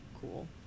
cool